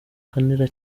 cyane